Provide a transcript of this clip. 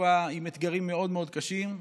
בתקופה עם אתגרים מאוד מאוד קשים.